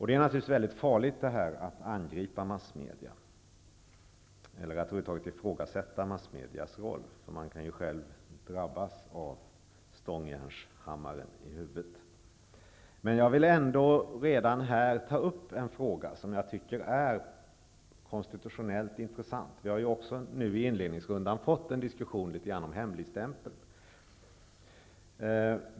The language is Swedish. Det är mycket farligt att angripa massmedia eller över huvud taget ifrågasätta massmedias roll. Man kan ju själv drabbas av stångjärnshammaren i huvudet. Men jag vill ändå redan här ta upp en fråga som jag tycker är konstitutionellt intessant. Vi har ju nu i inledningsrundan fått en diskussion om hemligstämpeln.